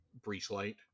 Breachlight